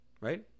Right